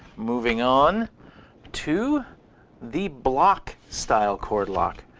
moving on to the block-style cord lock,